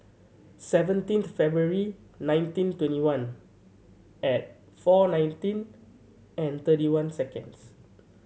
seventeenth February nineteen twenty one at four nineteen and thirty one seconds